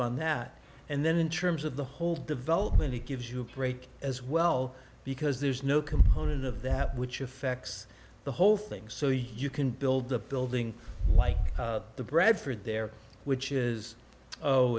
on that and then in terms of the whole development it gives you a break as well because there's no component of that which effects the whole thing so you can build a building like the bradford there which is oh